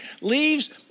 leaves